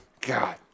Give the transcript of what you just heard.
God